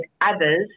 others